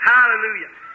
Hallelujah